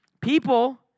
People